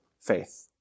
faith